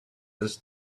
this